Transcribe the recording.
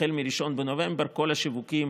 החל מ-1 בנובמבר, כל השיווקים